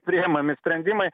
priimami sprendimai